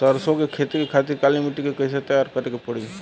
सरसो के खेती के खातिर काली माटी के कैसे तैयार करे के पड़ी?